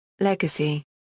Legacy